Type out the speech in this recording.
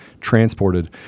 transported